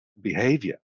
behavior